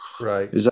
Right